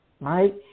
right